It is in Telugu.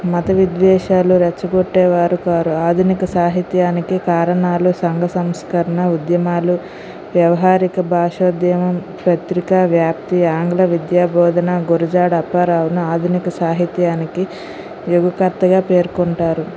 మతవిద్వేషాలు రెచ్చగొట్టేవారు కారు ఆధునిక సాహిత్యానికి కారణాలు సంఘసంస్కరణ ఉద్యమాలు వ్యవహారిక భాషోద్యమం పత్రికా వ్యాప్తి ఆంగ్ల విద్యా బోధన గురజాడ అప్పారావును ఆధునిక సాహిత్యానికి యువకర్తగా పేర్కొంటారు